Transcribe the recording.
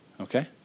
Okay